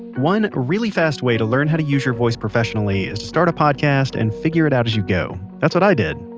one really fast way to learn how to use your voice professionally is to start a podcast and figure it out as you go. that's what i did,